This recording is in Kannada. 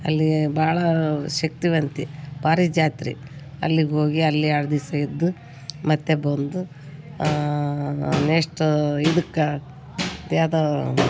ಅಲ್ಲೀ ಭಾಳ ಶಕ್ತಿವಂತೆ ಪಾರಿ ಜಾತ್ರೆ ಅಲ್ಲಿಗೆ ಹೋಗಿ ಅಲ್ಲಿ ಎರಡು ದಿಸ ಇದ್ದು ಮತ್ತು ಬಂದು ನೆಸ್ಟ್ ಇದಕ್ಕೆ ಯಾವ್ದು